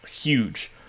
huge